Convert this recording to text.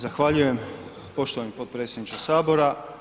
Zahvaljujem poštovani potpredsjedniče Sabora.